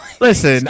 Listen